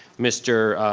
mr.